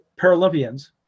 Paralympians